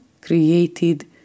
created